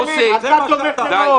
אני מבקש מכם ----- אתה תומך טרור.